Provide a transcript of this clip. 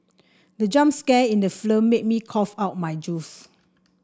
the jump scare in the film made me cough out my juice